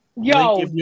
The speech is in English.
Yo